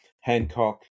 Hancock